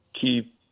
keep